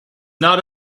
not